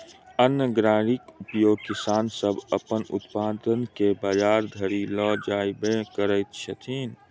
अन्न गाड़ीक उपयोग किसान सभ अपन उत्पाद के बजार धरि ल जायबामे करैत छथि